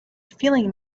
feeling